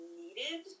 needed